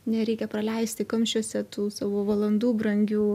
nereikia praleisti kamščiuose tų savo valandų brangių